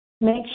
Make